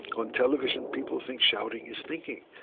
on television, people think shouting is thinking.